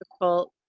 difficult